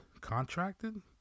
Contracted